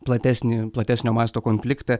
platesnį platesnio masto konfliktą